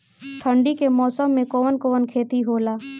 ठंडी के मौसम में कवन कवन खेती होला?